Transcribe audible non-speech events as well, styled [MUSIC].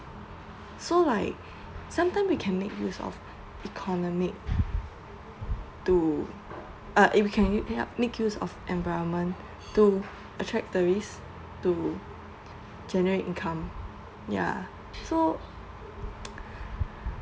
so like [BREATH] sometimes we can make use of economy to uh you can you yup make use of environment to attract the risk to generate income ya so [NOISE]